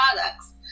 products